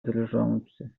drżący